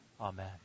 Amen